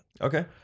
Okay